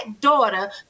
daughter